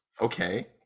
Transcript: Okay